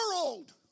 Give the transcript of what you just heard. world